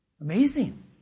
Amazing